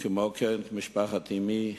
ומשפחת אמי,